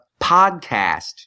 podcast